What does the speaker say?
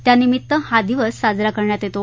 त्यानिमित्त हा दिवस साजरा करण्यात येतो